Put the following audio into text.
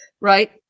right